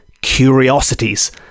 curiosities